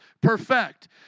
perfect